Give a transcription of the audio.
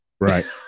Right